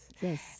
Yes